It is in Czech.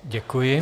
Děkuji.